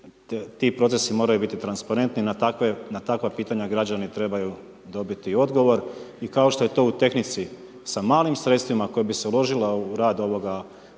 ti procesi moraju biti transparentni, na takva pitanja građani trebaju dobiti odgovor i kao što je to u tehnici sa malim sredstvima koja bi se uložila u rad ovoga